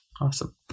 Awesome